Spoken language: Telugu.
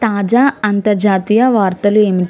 తాజా అంతర్జాతీయ వార్తలు ఏంటి